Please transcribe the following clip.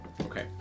Okay